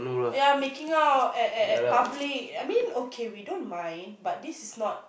ya making out at at at public I mean okay we don't mind but this one